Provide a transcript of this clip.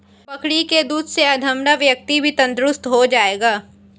बकरी के दूध से अधमरा व्यक्ति भी तंदुरुस्त हो जाएगा